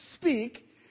speak